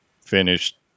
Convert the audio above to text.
finished